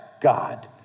God